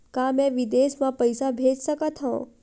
का मैं विदेश म पईसा भेज सकत हव?